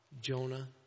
Jonah